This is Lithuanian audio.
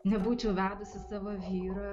nebūčiau vedusi savo vyro